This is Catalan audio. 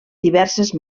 diverses